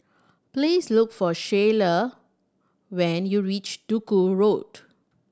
please look for Shyla when you reach Duku Road